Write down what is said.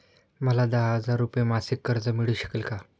मला दहा हजार रुपये मासिक कर्ज मिळू शकेल का?